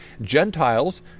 Gentiles